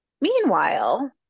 Meanwhile